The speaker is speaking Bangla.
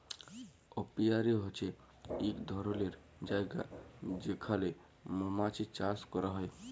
অপিয়ারী হছে ইক ধরলের জায়গা যেখালে মমাছি চাষ ক্যরা হ্যয়